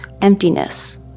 emptiness